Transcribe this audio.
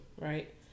right